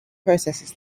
processes